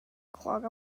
clog